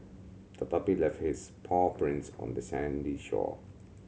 the puppy left its paw prints on the sandy shore